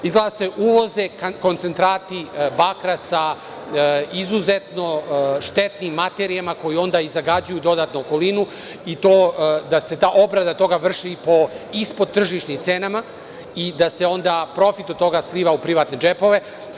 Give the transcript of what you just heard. Izgleda da se uvoze koncentrati bakra sa izuzetno štetnim materijama, koje onda i zagađuju dodatno okolinu, i to da se obrada toga vrši ispod tržišnih cena i da se onda profit od toga sliva u privatne džepove.